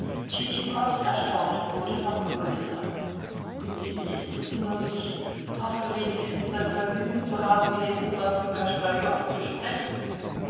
tschitschikows erstaunen wurde noch größer wie ist es nun ich hoffe wenigstens das vergnügen zu haben mit dem obersten koschkarjow zu sprechen